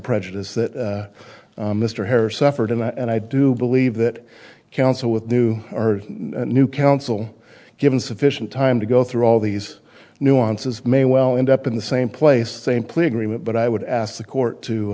prejudice that mr hare suffered and i do believe that counsel with new or new counsel given sufficient time to go through all these nuances may well end up in the same place same plea agreement but i would ask the court to